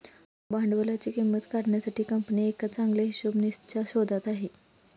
भांडवलाची किंमत काढण्यासाठी कंपनी एका चांगल्या हिशोबनीसच्या शोधात आहे